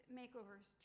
makeovers